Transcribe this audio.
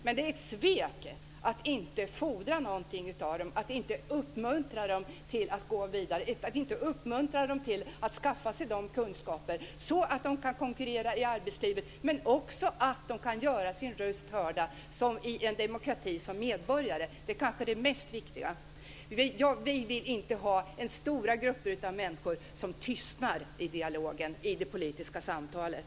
Men det är ett svek att inte fordra någonting av dem och att inte uppmuntra dem till att skaffa sig sådana kunskaper att de kan konkurrera i arbetslivet och göra sin röst hörd som medborgare i en demokrati. Det är kanske det viktigaste. Vi vill inte ha stora grupper av människor som tystnar i det politiska samtalet.